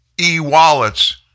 e-wallets